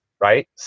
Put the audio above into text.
right